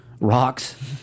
rocks